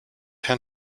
herrn